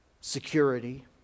security